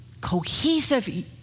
cohesive